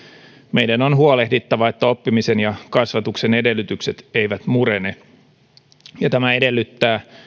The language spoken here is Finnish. meidän on huolehdittava että oppimisen ja kasvamisen edellytykset eivät murene tämä edellyttää